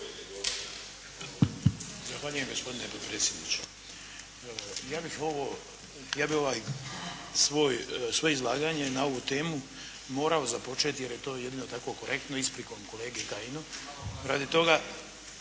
Zahvaljujem gospodine potpredsjedniče. Ja bih ovo svoje izlaganje na ovu temu morao započeti jer je to jedino tako korektno isprikom kolegi Kajinu,